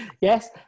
Yes